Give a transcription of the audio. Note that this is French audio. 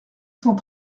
cent